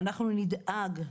ואנחנו נדאג,